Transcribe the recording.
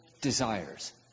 desires